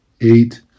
eight